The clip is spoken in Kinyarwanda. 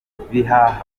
akananirwa